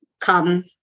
come